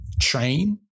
train